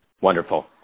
Wonderful